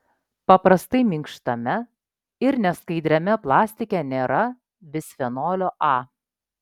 paprastai minkštame ir neskaidriame plastike nėra bisfenolio a